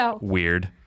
weird